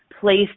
placed